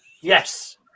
Yes